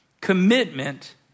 commitment